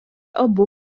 abu